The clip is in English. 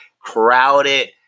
crowded